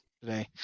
today